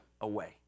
away